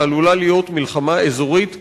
שעלולה להיות מלחמה אזורית נוראה,